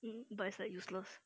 but is like useless